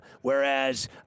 Whereas